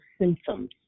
symptoms